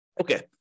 Okay